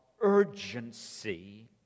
urgency